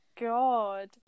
god